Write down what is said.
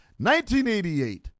1988